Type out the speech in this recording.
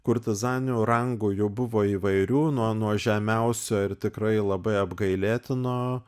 kurtizanių rangų jų buvo įvairių nuo nuo žemiausio ir tikrai labai apgailėtino